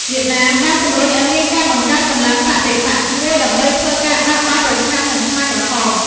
វៀតណាមបានជំរុញឱ្យមានការបង្កើតកម្លាំងបដិបក្ខមួយដើម្បីធ្វើការបះបោរប្រឆាំងនឹងខ្មែរក្រហម។